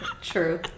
True